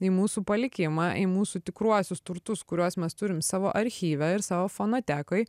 į mūsų palikimą į mūsų tikruosius turtus kuriuos mes turim savo archyve ir savo fonotekoj